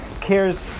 cares